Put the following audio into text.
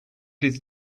his